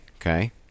Okay